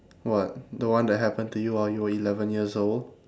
what the one that happened to you while you were eleven years old